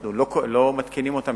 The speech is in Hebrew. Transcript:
אנחנו לא מתקינים אותן,